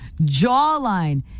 jawline